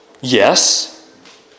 Yes